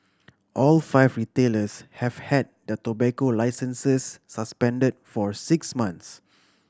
all five retailers have had the tobacco licences suspended for six months